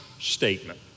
statement